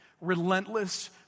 relentless